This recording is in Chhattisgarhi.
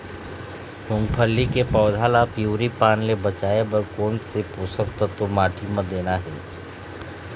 मुंगफली के पौधा ला पिवरी पान ले बचाए बर कोन से पोषक तत्व माटी म देना हे?